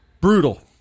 Brutal